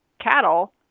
cattle